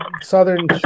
southern